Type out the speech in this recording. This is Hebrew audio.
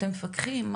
אתם מפקחים?